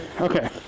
Okay